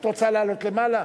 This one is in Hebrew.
את רוצה לעלות למעלה?